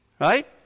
right